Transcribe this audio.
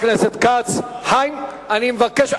חבר הכנסת חיים כץ, אני מבקש.